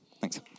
Thanks